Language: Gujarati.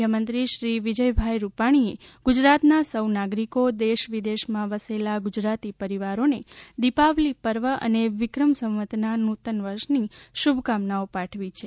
મુખ્યમંત્રી શ્રી વિજયભાઇ રૂપાણીએ ગુજરાતના સૌ નાગરિકો દેશ વિદેશમાં વસેલા ગુજરાતી પરિવારોને દિપાવલી પર્વ અને વિક્રમ સંવતના નૂતનવર્ષની શુભકામનાઓ પાઠવી છે